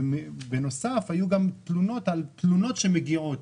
ובנוסף היו גם תלונות על תלונות שמגיעות,